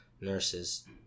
nurses